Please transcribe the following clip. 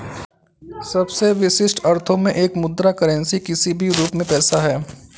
सबसे विशिष्ट अर्थों में एक मुद्रा करेंसी किसी भी रूप में पैसा है